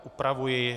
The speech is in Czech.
Upravuji.